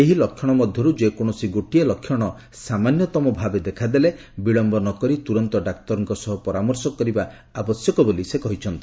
ଏହି ଲକ୍ଷଣ ମଧ୍ୟରୁ ଯେକୌଣସି ଗୋଟିଏ ଲକ୍ଷଣ ସାମାନ୍ୟତମ ଭାବେ ଦେଖାଦେଲେ ବିଳୟ ନ କରି ତୁରନ୍ତ ଡାକ୍ତରଙ୍କ ସହ ପରାମର୍ଶ କରିବା ଆବଶ୍ୟକ ବୋଲି ସେ କହିଛନ୍ତି